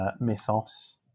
mythos